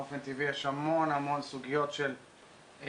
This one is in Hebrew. באופן טבעי יש המון המון סוגיות של אזרחות,